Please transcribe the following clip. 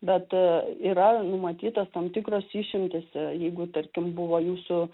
bet yra numatytos tam tikros išimtys jeigu tarkim buvo jūsų